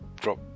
drop